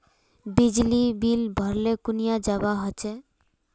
बिजली बिल भरले कुनियाँ जवा होचे?